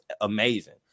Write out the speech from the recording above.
amazing